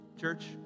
Church